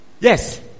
Yes